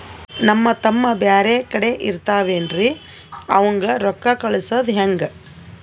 ನಮ್ ತಮ್ಮ ಬ್ಯಾರೆ ಕಡೆ ಇರತಾವೇನ್ರಿ ಅವಂಗ ರೋಕ್ಕ ಕಳಸದ ಹೆಂಗ?